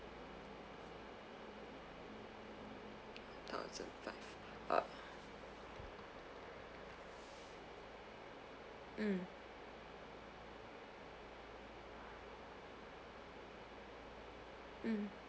thousand five oh mm mm